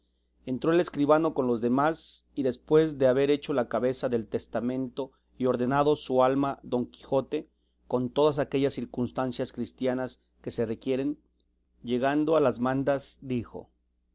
entró el escribano con los demás y después de haber hecho la cabeza del testamento y ordenado su alma don quijote con todas aquellas circunstancias cristianas que se requieren llegando a las mandas dijo